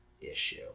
issue